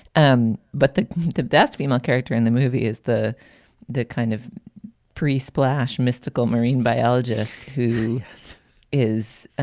um but the the best female character in the movie is the the kind of pre splash mystical marine biologist who is